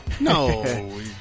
no